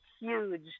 huge